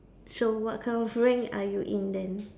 so what kind of rank are you in then